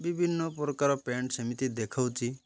ବିଭିନ୍ନପ୍ରକାର ପ୍ୟାଣ୍ଟ୍ ସେମିତି ଦେଖାଉଛି